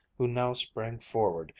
who now sprang forward,